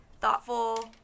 thoughtful